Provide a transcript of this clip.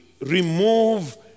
remove